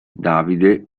davide